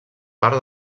part